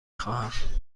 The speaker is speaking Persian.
خواهم